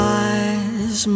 eyes